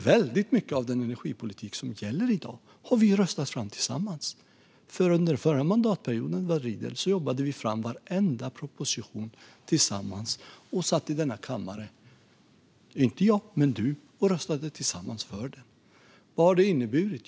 Väldigt mycket av den energipolitik som gäller i dag har vi röstat fram tillsammans. Under förra mandatperioden jobbade vi fram varenda proposition tillsammans och satt i denna kammare - inte jag men du - och röstade för det. Vad har det inneburit?